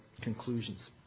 conclusions